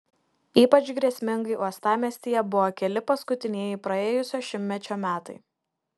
ypač grėsmingi uostamiestyje buvo keli paskutinieji praėjusio šimtmečio metai